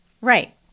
right